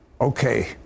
Okay